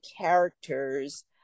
characters